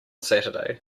saturday